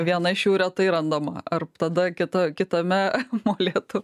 viena iš jų retai randama ar tada kito kitame molėtų